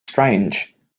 strange